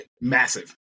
massive